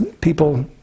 People